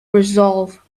resolve